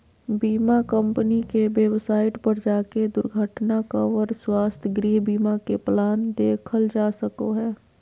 बीमा कम्पनी के वेबसाइट पर जाके दुर्घटना कवर, स्वास्थ्य, गृह बीमा के प्लान देखल जा सको हय